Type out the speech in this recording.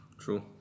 True